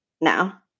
now